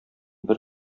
бер